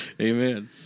Amen